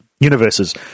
Universes